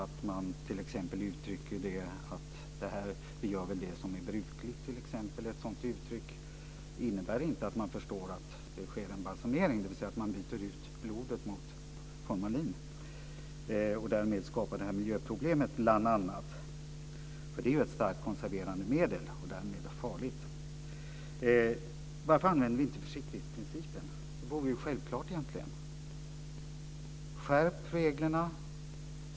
Om man t.ex. använder ett uttryck som "vi gör väl det som är brukligt" innebär inte att de anhöriga förstår att det sker en balsamering, dvs. att man byter ut blodet mot formalin och därmed bl.a. skapar miljöproblemet. Det är ju ett starkt konserverande medel och därmed farligt. Varför använder vi inte försiktighetsprincipen? Det vore egentligen självklart. Skärp reglerna!